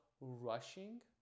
rushing